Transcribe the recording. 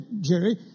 Jerry